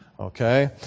Okay